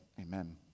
Amen